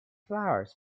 flowers